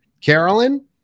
Carolyn